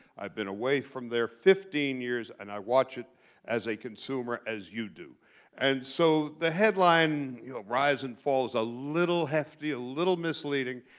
i've been away from there fifteen years. and i watch it as a consumer as you do. and so the headline rise and fall is a little hefty, a little misleading.